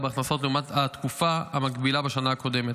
בהכנסות לעומת התקופה המקבילה בשנה הקודמת.